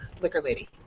LiquorLady